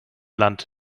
land